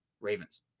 Ravens